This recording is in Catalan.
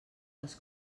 les